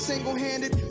single-handed